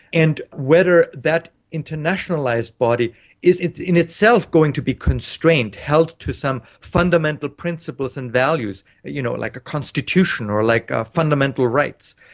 and whether that internationalised body is in itself going to be constrained, held to some fundamental principles and values, you know like a constitution or like ah fundamental rights.